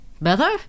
Better